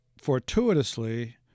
fortuitously